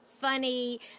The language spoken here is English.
funny